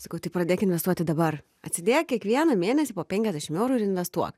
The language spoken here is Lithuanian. sakau tai pradėk investuoti dabar atsidėk kiekvieną mėnesį po penkiasdešim eurų ir investuok